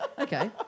Okay